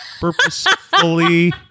purposefully